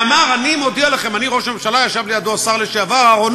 אני אסביר לך הכול.